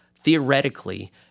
theoretically